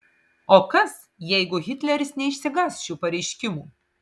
o kas jeigu hitleris neišsigąs šių pareiškimų